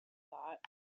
thought